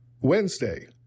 Wednesday